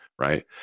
Right